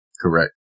Correct